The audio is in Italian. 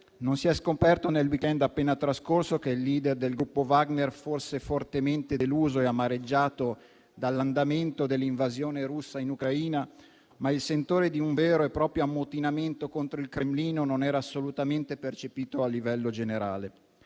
non si è scoperto nel *weekend* appena trascorso che il *leader* del gruppo Wagner fosse fortemente deluso e amareggiato dall'andamento dell'invasione russa in Ucraina, ma il sentore di un vero e proprio ammutinamento contro il Cremlino non era assolutamente percepito a livello generale.